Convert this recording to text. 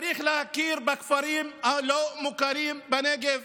צריך להכיר בכפרים הלא-מוכרים בנגב,